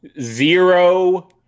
zero